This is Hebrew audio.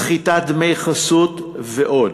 סחיטת דמי חסות ועוד.